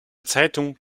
zeitung